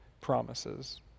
promises